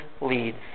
leads